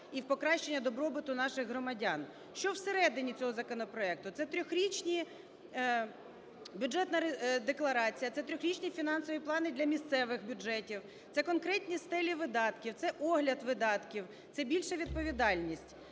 і в покращання добробуту наших громадян. Що всередині цього законопроекту? Це трьохрічні… Бюджетна декларація – це трьохрічні фінансові плани для місцевих бюджетів, це конкретні стелі видатків, це огляд видатків, це більша відповідальність.